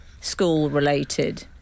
school-related